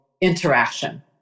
interaction